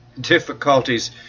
Difficulties